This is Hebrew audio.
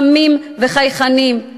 חמים וחייכנים,